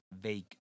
vague